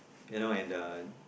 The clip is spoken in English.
you know and uh